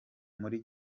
muri